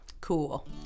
Cool